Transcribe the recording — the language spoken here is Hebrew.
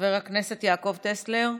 חבר הכנסת יעקב טסלר,